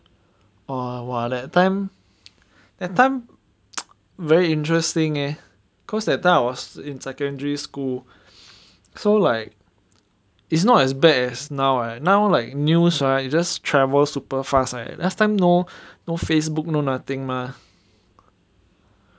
!wah! !wah! that time that time very interesting eh cause that time I was in secondary school so like it's not as bad as now right now like news right just travel super fast eh last time no no Facebook no nothing mah